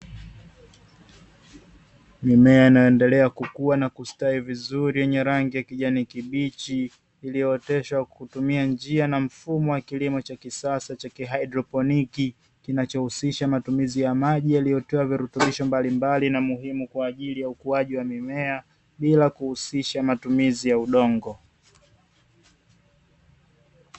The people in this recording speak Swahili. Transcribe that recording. Mimea inayoendelea kukua na kustawi vizuri yenye rangi ya kijani kibichi, iliyooteshwa kwa kutumia njia na mfumo wa kilimo cha kisasa cha kihaidroponiki, kinachohusisha matumizi ya maji yaliyowekewa virutubisho mbalimbali na muhimu kwa ajili ya ukuaji wa mimea, bila kuhusisha matumizi ya udongo.